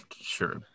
sure